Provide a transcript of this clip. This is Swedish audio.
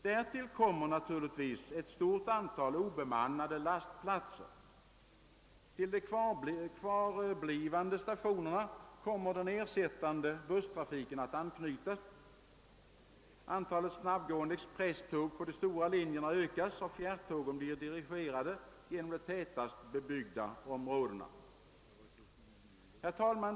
Därtill kommer naturligtvis ett stort antal obemannade lastplatser. Till de kvarblivande stationerna kommer den ersättande busstrafiken att anknyta. Antalet snabbgående expresståg på de stora linjerna ökas och fjärrtågen blir dirigerade genom de tätast bebyggda områdena. Herr talman!